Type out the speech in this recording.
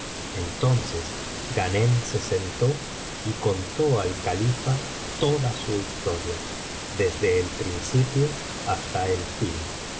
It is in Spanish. entonces ghanem se sentó y contó al califa toda su historia desde el principio hasta el fin